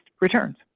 returns